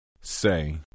Say